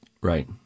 Right